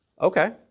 Okay